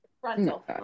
Frontal